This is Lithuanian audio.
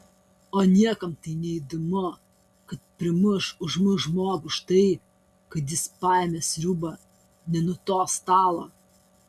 o niekam tai neįdomu kad primuš užmuš žmogų už tai kad jis paėmė sriubą ne nuo to stalo